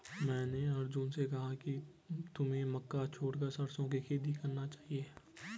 मैंने अर्जुन से कहा कि तुम्हें मक्का छोड़कर सरसों की खेती करना चाहिए